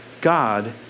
god